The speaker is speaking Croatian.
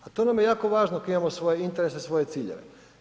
A to nam je jako važno ako imamo svoje interese, svoje ciljeve.